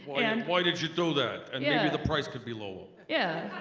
and why did you do that and yeah the price could be lower. yeah,